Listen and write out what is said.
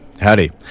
Howdy